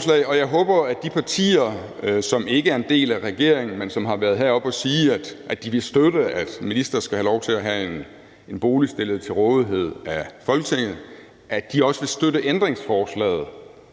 stille, og jeg håber, at de partier, som ikke er en del af regeringen, men som har været heroppe og sige, at de vil støtte, at en minister skal have lov til at have en bolig stillet til rådighed af Folketinget, også vil støtte ændringsforslaget,